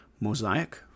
Mosaic